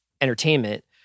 entertainment